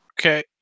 Okay